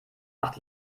acht